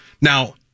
Now